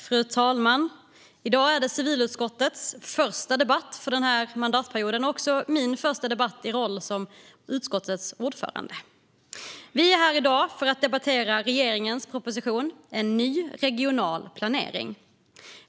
Fru talman! I dag är det civilutskottets första debatt för den här mandatperioden och även min första debatt i rollen som utskottets ordförande. Vi är här i dag för att debattera regeringens proposition En ny regional planering .